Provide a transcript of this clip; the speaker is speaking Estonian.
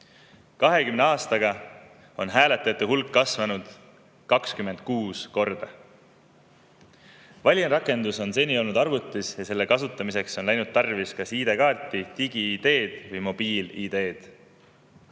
20 aastaga on e‑hääletajate hulk kasvanud 26 korda. Valijarakendus on seni olnud arvutis ja selle kasutamiseks on läinud tarvis kas ID‑kaarti, digi‑ID‑d või mobiil‑ID‑d.